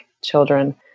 children